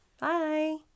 Bye